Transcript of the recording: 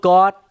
God